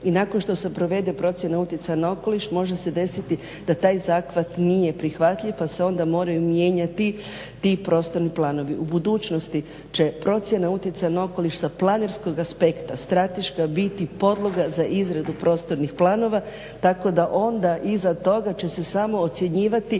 i nakon što se provede procjena utjecaja na okoliš može se desiti da taj zahvat nije prihvatljiv pa se onda moraju mijenjati ti prostorni planovi. U budućnosti će procjena utjecaja okoliš sa planerskog aspekta strateška biti podloga za izradu prostornih planova tako da onda iza toga će se samo ocjenjivati.